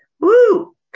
Woo